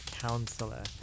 counselor